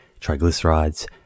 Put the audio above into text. triglycerides